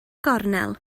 gornel